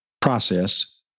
process